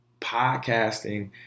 podcasting